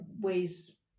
ways